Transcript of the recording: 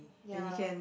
ya